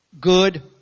Good